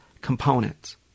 components